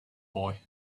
boy